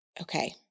Okay